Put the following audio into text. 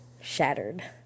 Shattered